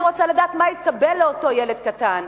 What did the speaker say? אני רוצה לדעת מה יקבל אותו ילד קטן.